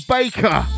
Baker